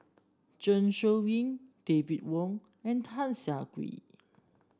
Zeng Shouyin David Wong and Tan Siah Kwee